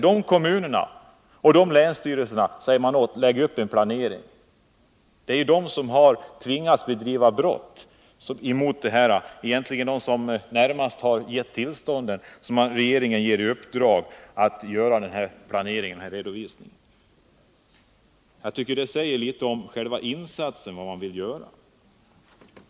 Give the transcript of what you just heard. Till dessa kommuner och till länsstyrelserna säger man: Lägg upp en planering! Det är jude som har tvingats begå brott — de som närmast ger tillstånden — och de får av regeringen i uppdrag att göra redovisningen! Jag tycker att det säger litet om själva insatsen och om vad man vill göra.